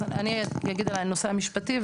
אז אני אגיד על הנושא המשפטי.